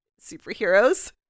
superheroes